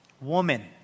woman